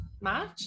March